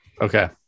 Okay